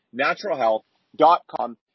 naturalhealth.com